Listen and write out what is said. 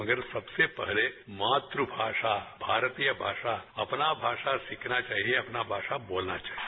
मगर सबसे पहले मातृभाषा भारतीय भाषा अपना भाषा सीखना चाहिए अपना भाषा बोलना चाहिए